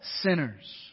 sinners